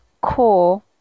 core